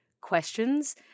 questions